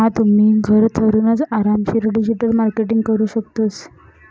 हा तुम्ही, घरथूनच आरामशीर डिजिटल मार्केटिंग करू शकतस